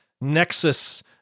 nexus